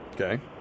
Okay